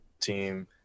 team